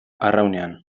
arraunean